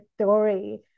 story